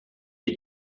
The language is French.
est